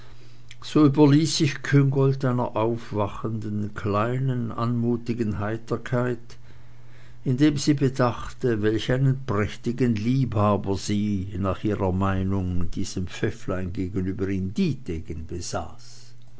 so überließ sich küngolt einer aufwachenden kleinen anmutigen heiterkeit indem sie bedachte welch einen prächtigen liebhaber sie nach ihrer meinung diesem pfäfflein gegenüber in dietegen besaß